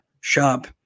shop